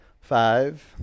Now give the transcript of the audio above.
Five